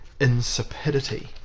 insipidity